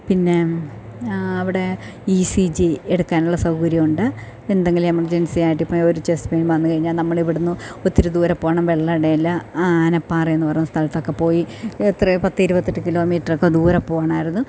പിന്നെ അവിടെ E C G എടുക്കാനുള്ള സൗകര്യമുണ്ട് എന്തെങ്കിലും എമർജെൻസിയായിട്ടിപ്പം ഒരു ചെസ്റ്റ് പെയിൻ വന്നു കഴിഞ്ഞാൽ നമ്മളിവിടുന്ന് ഒത്തിരി ദൂരം പോകണം വെള്ളടയില്ല ആനപ്പാറയെന്ന പറയുന്ന സ്ഥലത്തൊക്കെ പോയി എത്രയോ പത്ത് ഇരുപത്തെട്ട് കിലോ മീറ്ററൊക്കെ ദൂരെ പോകണമായിരുന്നു